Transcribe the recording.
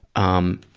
um,